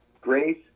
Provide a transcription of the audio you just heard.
Grace